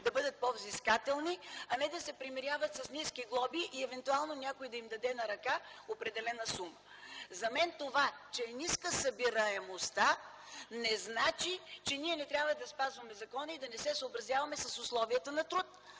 да бъдат по-взискателни, а не да се примиряват с ниски глоби и евентуално някой да им даде на ръка определена сума. За мен това, че е ниска събираемостта не значи, че ние не трябва да спазваме закона и да не се съобразяваме с условията на труд.